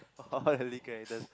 oh all the lead characters